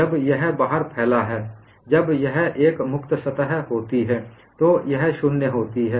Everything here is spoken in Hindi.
जब यह बाहर फैला है जब यह एक मुक्त सतह होती है तो यह शून्य होती है